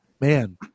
man